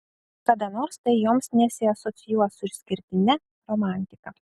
kada nors tai joms nesiasocijuos su išskirtine romantika